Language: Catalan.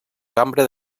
cambra